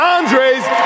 Andre's